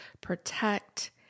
protect